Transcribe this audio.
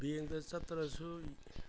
ꯕꯦꯡꯗ ꯆꯠꯇ꯭ꯔꯁꯨ